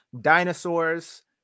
dinosaurs